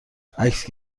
عکس